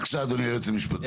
בבקשה, אדוני היועץ המשפטי.